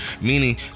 meaning